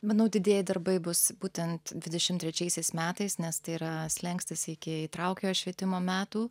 manau didieji darbai bus būtent dvidešimt trečiaisiais metais nes tai yra slenkstis iki įtraukiojo švietimo metų